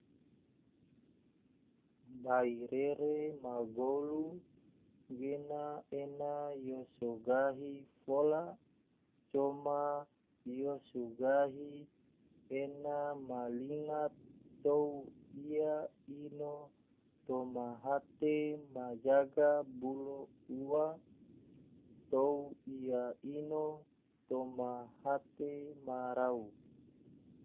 Bairere ma golu gena ena yo so gahi fola coma yo so gahi ena ma linga tou ia ino toma hate ma jaga bolo ua tou ia ino toma hate ma rau.